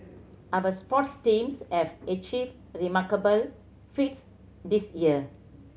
our sports teams have achieved remarkable feats this year